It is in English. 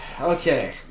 Okay